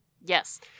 Yes